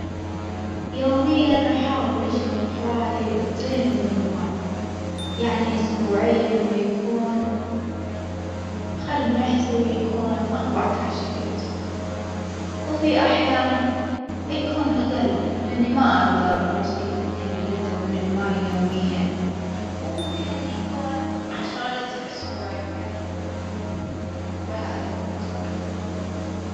يوميًا أحاول أشرب حوالي لترين من الماي، يعني أسبوعيًا بيكون خلي نحسب يكون أربعة عشر لتر وفي أحيان يكون أجل، لأني ما أجدر أوصل لإثنين لتر من الماي يوميًا، وممكن يكون عشرة لتر أسبوعيًا بهذا المجدار.